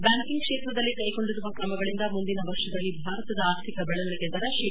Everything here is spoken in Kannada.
ಬ್ಯಾಂಕಿಂಗ್ ಕ್ಷೇತ್ರದಲ್ಲಿ ಕೈಗೊಂಡಿರುವ ಕ್ರಮಗಳಿಂದ ಮುಂದಿನ ವರ್ಷದಲ್ಲಿ ಭಾರತದ ಆರ್ಥಿಕ ಬೆಳವಣಿಗೆ ದರ ಶೇ